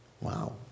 Wow